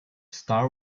star